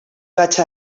vaig